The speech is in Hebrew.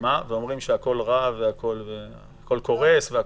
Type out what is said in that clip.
ואומרים שהכול רע והכול קורס?